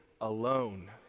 alone